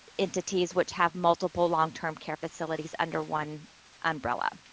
entities which have multiple long-term care facilities under one umbrella.